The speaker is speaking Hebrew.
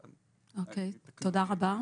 אוקיי, תודה רבה.